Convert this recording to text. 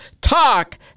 talk